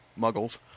muggles